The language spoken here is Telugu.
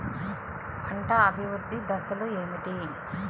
పంట అభివృద్ధి దశలు ఏమిటి?